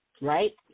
right